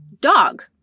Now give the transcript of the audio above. dog